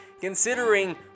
considering